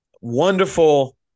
wonderful